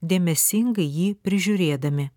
dėmesingai jį prižiūrėdami